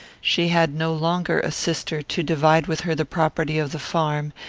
she had no longer a sister to divide with her the property of the farm,